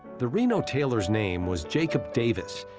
the reno tailor's name was jacob davis,